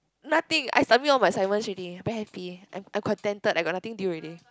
nothing I submit all my assignment already very happy I'm I'm contented I got nothing to do already